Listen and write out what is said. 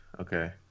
Okay